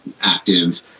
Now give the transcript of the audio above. active